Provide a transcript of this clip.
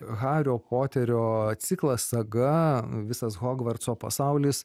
hario poterio ciklas saga visas hogvarco pasaulis